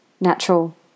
natural